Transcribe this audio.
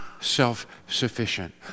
self-sufficient